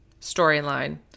storyline